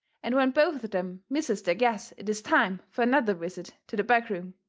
and when both of them misses their guess it is time fur another visit to the back room.